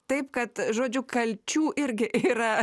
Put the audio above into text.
taip kad žodžių kalčių irgi yra